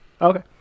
Okay